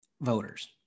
voters